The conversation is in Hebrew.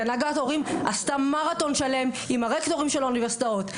הנהגת ההורים עשתה מרתון שלם עם הרקטורים של האוניברסיטאות,